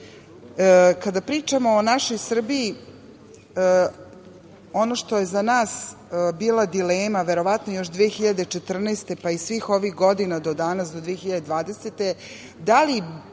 žive. Kada pričamo o našoj Srbiji, ono što je za nas bila dilema, verovatno još 2014. godine, pa i svih ovih godina do danas, do 2020.